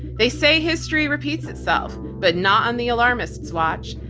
they say history repeats itself, but not on the alarmists watch.